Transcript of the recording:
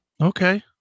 Okay